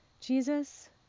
Jesus